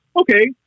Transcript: okay